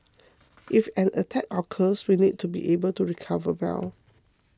if an attack occurs we need to be able to recover well